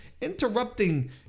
Interrupting